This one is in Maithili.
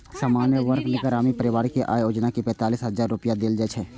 सामान्य वर्गक ग्रामीण परिवार कें अय योजना मे पैंतालिस हजार रुपैया देल जाइ छै